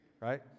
right